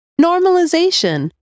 normalization